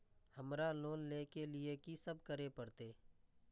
हमरा लोन ले के लिए की सब करे परते?